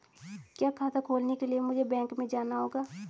क्या खाता खोलने के लिए मुझे बैंक में जाना होगा?